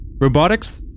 Robotics